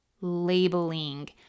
labeling